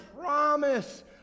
promise